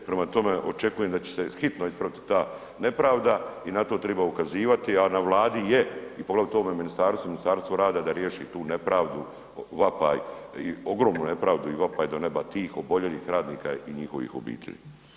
Prema tome očekujem da će se hitno ispraviti ta nepravda i na to triba ukazivati, a na Vladi je i poglavito ovome ministarstvu, Ministarstvu rada da riješi tu nepravdu, vapaj, ogromnu nepravdu i vapaj do neba tih oboljelih radnika i njihovih obitelji.